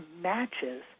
matches